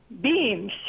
beams